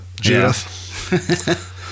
Judith